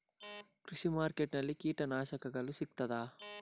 ಕೃಷಿಮಾರ್ಕೆಟ್ ನಲ್ಲಿ ಕೀಟನಾಶಕಗಳು ಸಿಗ್ತದಾ?